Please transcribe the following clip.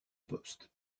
poste